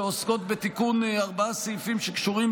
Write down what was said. שעוסקות בתיקון ארבעה סעיפים שקשורים